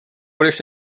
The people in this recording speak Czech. budeš